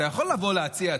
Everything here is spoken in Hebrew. אתה יכול לבוא ולהציע,